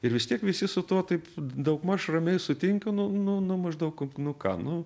ir vis tiek visi su tuo taip daugmaž ramiai sutinka nu nu nu maždaug nu ką nu